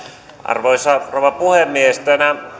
arvoisa rouva puhemies tänä